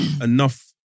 enough